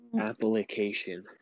Application